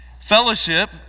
Fellowship